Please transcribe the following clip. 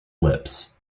lips